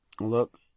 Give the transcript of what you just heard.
look